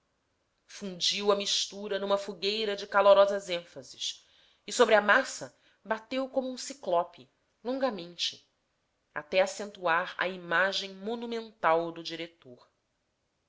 fundiu a mistura numa fogueira de calorosas ênfases e sobre a massa bateu como um ciclope longamente até acentuar a imagem monumental do diretor